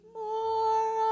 more